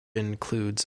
includes